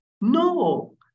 No